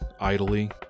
idly